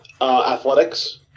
Athletics